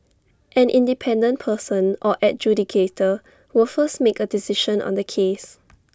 an independent person or adjudicator will first make A decision on the case